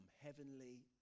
heavenly